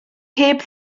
heb